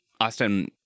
Austin